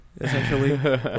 essentially